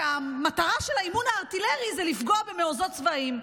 שהמטרה של האימון הארטילרי זה לפגוע במעוזים צבאיים.